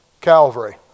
Calvary